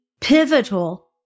pivotal